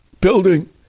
building